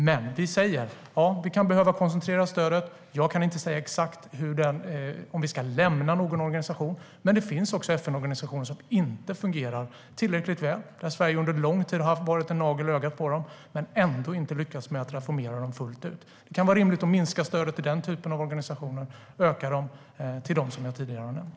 Men vi säger: Ja, vi kan behöva koncentrera stödet. Jag kan inte säga om vi ska lämna någon organisation, men det finns också FN-organisationer som inte fungerar tillräckligt väl. Sverige har under lång tid varit en nagel i ögat på dem men ändå inte lyckats reformera dem fullt ut. Det kan vara rimligt att minska stöden till den typen av organisationer och att öka dem till dem som jag tidigare har nämnt.